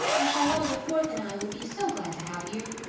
and charlotta the fourth and i will be so glad to have you.